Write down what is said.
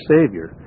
Savior